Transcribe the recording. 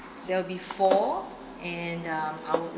there will be four and um I would